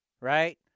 right